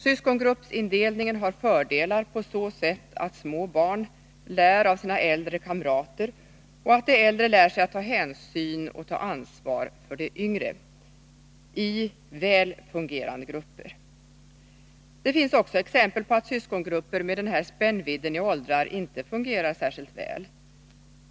Syskongruppsindelningen har fördelar på så sätt att små barn lär av sina äldre kamrater och att de äldre lär sig att ta hänsyn och ta ansvar för de yngre — i väl fungerande grupper. Det finns också exempel på att syskongrupper med den här spännvidden i åldrar inte fungerar särskilt väl.